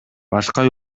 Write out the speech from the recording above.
башка